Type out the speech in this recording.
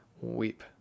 weep